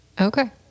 Okay